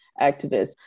activists